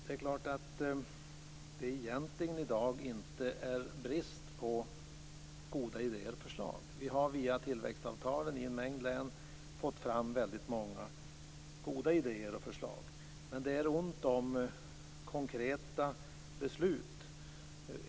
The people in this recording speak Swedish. Det är klart att det i dag egentligen inte råder brist på goda idéer och förslag. Vi har via tillväxtavtalen i en mängd län fått fram väldigt många goda idéer och förslag. Men det är ont om konkreta beslut.